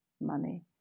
money